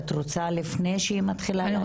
את רוצה לפני שהיא מתחילה להגיד?